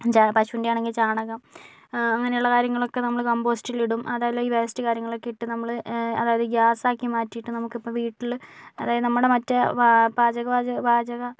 പശുവിന്റെ ആണെങ്കിൽ ചാണകം അങ്ങനെയുള്ള കാര്യങ്ങളൊക്കെ നമ്മള് കമ്പോസ്റ്റിലിടും അതല്ല ഈ വേസ്റ്റ് കാര്യങ്ങളൊക്കെ ഇട്ട് നമ്മള് അതായത് ഗ്യാസാക്കി മാറ്റിയിട്ട് നമുക്ക് ഇപ്പോൾ വീട്ടില് അതായത് നമ്മുടെ മറ്റേ പാചക പാചക